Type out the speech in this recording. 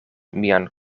mian